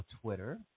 Twitter